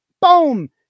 Boom